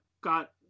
got